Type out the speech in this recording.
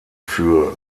für